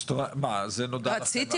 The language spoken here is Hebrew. אז מה, זה נודע לכם באייפון?